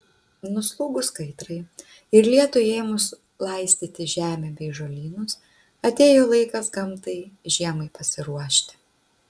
nuslūgus kaitrai ir lietui ėmus laistyti žemę bei žolynus atėjo laikas gamtai žiemai pasiruošti